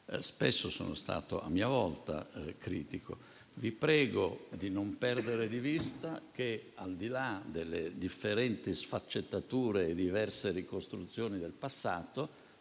Spesso sono stato a mia volta critico. Vi prego di non perdere di vista che, al di là delle differenti sfaccettature e diverse ricostruzioni del passato,